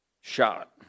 shot